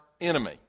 enemy